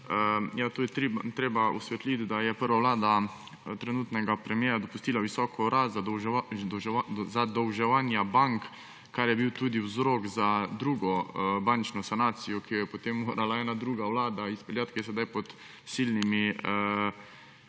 Tu je treba osvetliti, da je prva vlada trenutnega premierja dopustila visoko rast zadolževanja bank, kar je bil tudi vzrok za drugo bančno sanacijo, ki jo je potem morala ena druga vlada izpeljati. Ta je sedaj pod silnimi kritikami,